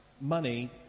money